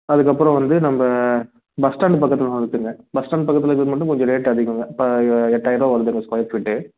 அதுக்கப்புறம் வந்து நம்ம பஸ் ஸ்டேண்ட் பக்கத்தில் ஒன்று இருக்குதுங்க பஸ்ஸ்டேண்ட் பக்கத்தில் இருக்கிறது மட்டும் கொஞ்சம் ரேட் அதிகங்க இப்போ எட்டாயர்ருவா வருதுங்க ஸ்கொயர் ஃபீட்டு